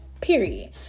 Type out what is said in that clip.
period